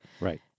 Right